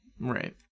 Right